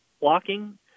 blocking